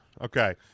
Okay